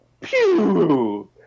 pew